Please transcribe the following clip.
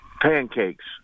Pancakes